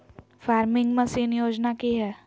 Farming machine योजना कि हैय?